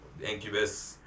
Incubus